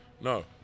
No